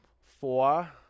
Four